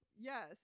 Yes